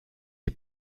die